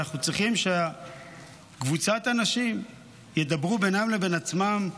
ואנחנו צריכים שקבוצת אנשים ידברו בינם לבין עצמם,